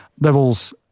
levels